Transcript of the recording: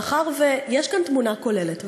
מאחר שיש כאן תמונה כוללת,